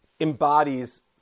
embodies